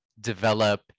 develop